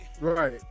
right